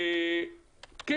כן.